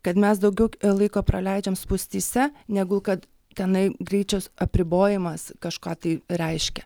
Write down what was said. kad mes daugiau laiko praleidžiam spūstyse negu kad tenai greičio apribojimas kažką tai reiškia